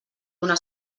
una